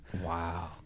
Wow